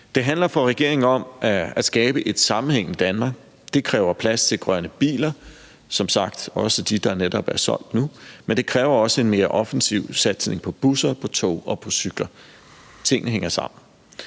regeringen om at skabe et sammenhængende Danmark. Det kræver plads til grønne biler – som sagt også dem, der netop er solgt nu – men det kræver også en mere offensiv satsning på busser, på tog og på cykler. Tingene hænger sammen.